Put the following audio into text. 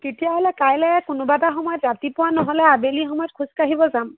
তেতিয়াহ'লে কাইলৈ কোনোবা এটা সময়ত ৰাতিপুৱা নহ'লে আবেলি সময়ত খোজ কাঢ়িব যাম